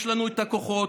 יש לנו את הכוחות.